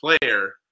player